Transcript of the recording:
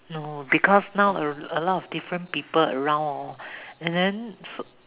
no because now a a lot different people around hor and then s~